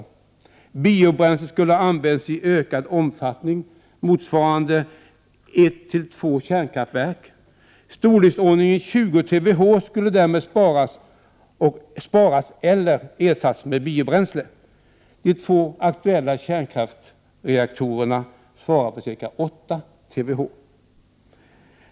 Biobränslen skulle ha använts i ökad omfattning — motsvarande en till två kärnkraftverk. Ungefär 20 TWh skulle därmed ha kunnat sparas eller ersättas med biobränslen. De två aktuella kärnkraftsreaktorerna svarar för ca 8 TWh.